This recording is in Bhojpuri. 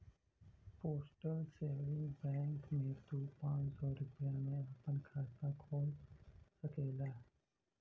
पोस्टल सेविंग बैंक में तू पांच सौ रूपया में आपन खाता खोल सकला